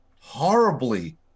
horribly